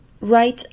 right